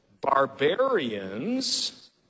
barbarians